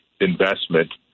investment